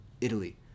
Italy